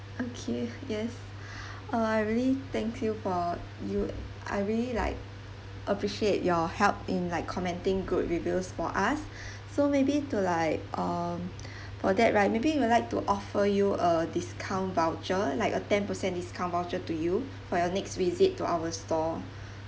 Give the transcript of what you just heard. okay yes uh I really thank you for you I really like appreciate your help in like commenting good reviews for us so maybe to like um for that right maybe we would like to offer you a discount voucher like a ten percent discount voucher to you for your next visit to our store